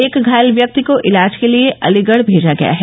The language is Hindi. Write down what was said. एक घायल व्यक्ति को इलाज के लिये अलीगढ़ भेजा गया है